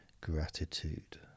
gratitude